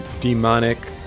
demonic